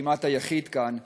כמעט היחיד כאן,